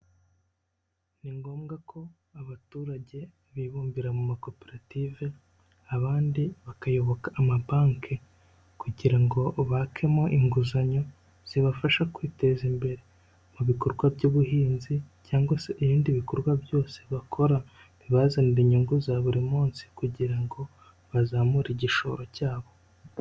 Ni ngombwa ko abaturage bibumbira mu makoperative, abandi bakayoboka amabanki kugira ngo bakemo inguzanyo, zibafasha kwiteza imbere. Mu bikorwa by'ubuhinzi cyangwa se ibindi bikorwa byose bakora, bibazanira inyungu za buri munsi kugira ngo bazamure igishoro cyabo.